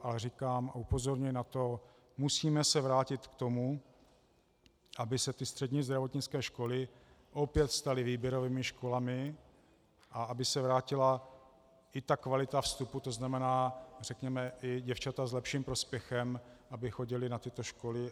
Ale říkám a upozorňuji na to, musíme se vrátit k tomu, aby se střední zdravotnické školy opět staly výběrovými školami a aby se vrátila i kvalita vstupu, tzn. aby i děvčata s lepším prospěchem chodila na tyto školy.